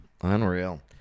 unreal